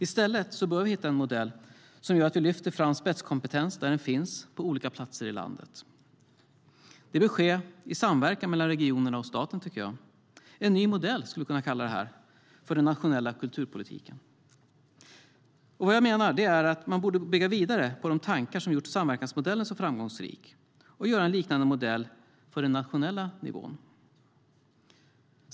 I stället bör vi hitta en modell som gör att vi lyfter fram spetskompetens där den finns på olika platser i landet. Det bör ske i samverkan mellan regionerna och staten. Vi skulle kunna kalla det för en ny modell av den nationella kulturpolitiken. Vad jag menar är att man borde bygga vidare på de tankar som gjort samverkansmodellen så framgångsrik och göra en liknande modell för den nationella nivån.